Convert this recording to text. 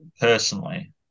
personally